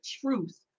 truth